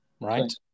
Right